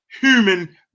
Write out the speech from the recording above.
human